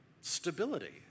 stability